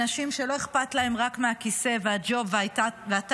אנשים שלא אכפת להם רק מהכיסא והג'וב והטייטל